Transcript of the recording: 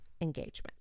engagement